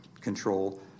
control